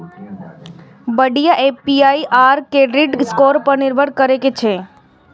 बढ़िया APR credit score पर निर्भर करै छै